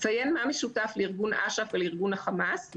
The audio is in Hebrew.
ציין מה המשותף לארגון אש"ף ולארגון החמאס,